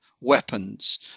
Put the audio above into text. weapons